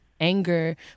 anger